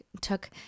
took